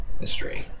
mystery